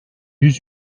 yüz